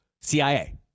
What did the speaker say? CIA